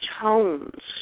tones